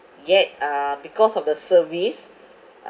yet uh because of the service